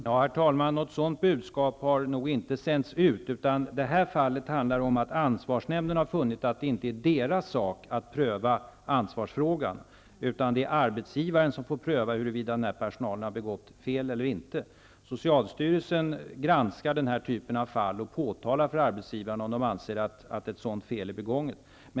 Herr talman! Något sådant budskap har nog inte sänts ut. I det här fallet har ansvarsnämnden funnit att det inte är dess sak att pröva ansvarsfrågan, utan det är arbetsgivaren som får pröva huruvida personalen har begått fel eller inte. Socialstyrelsen granskar den här typen av fall och påtalar för arbetsgivaren om den anser att ett fel är begånget.